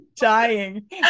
dying